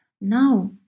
Now